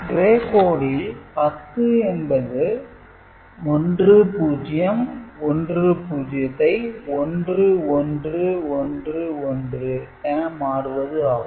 Gray code ல் பத்து என்பது 1010 ஐ 1111 என மாறுவது ஆகும்